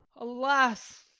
alas,